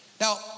Now